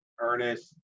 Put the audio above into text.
Ernest